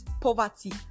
poverty